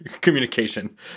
communication